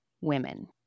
women